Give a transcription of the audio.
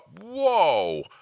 whoa